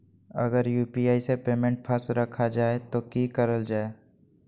अगर यू.पी.आई से पेमेंट फस रखा जाए तो की करल जाए?